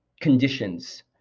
conditions